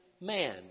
man